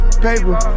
Paper